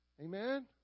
Amen